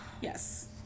yes